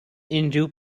unrhyw